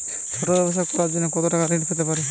ছোট ব্যাবসা করার জন্য কতো টাকা ঋন পেতে পারি?